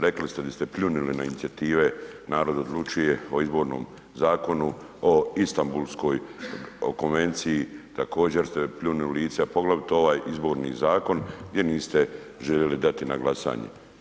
Rekli ste da ste pljunuli na inicijative Narod odlučuje o Izbornom zakonu, o Istanbulskoj, o Konvenciji također ste pljunuli u lice a poglavito ovaj Izborni zakon jer niste željeli dati na glasanje.